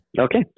Okay